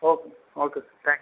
okay okay sir thanks